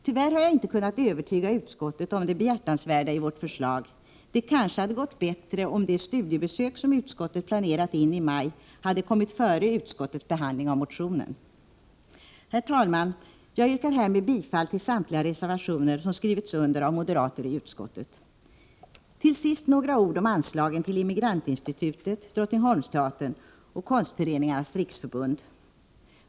Tyvärr har jag inte kunnat övertyga utskottet om det behjärtansvärda i vårt förslag — det kanske hade gått bättre om det studiebesök som utskottet planerat in under maj månad hade kommit före utskottets behandling av motionen. Herr talman! Jag yrkar härmed bifall till samtliga reservationer som skrivits under av moderater i utskottet. Till sist några ord om anslagen till Immigrantinstitutet, Drottningholmsteatern och Sveriges konstföreningars riksförbund.